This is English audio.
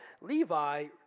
Levi